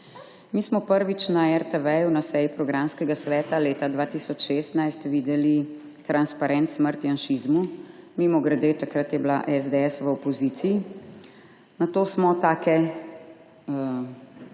Mi smo prvič na RTV na seji programskega sveta leta 2016 videli transparent Smrt janšizmu. Mimogrede, takrat je bila SDS v opoziciji. Nato smo take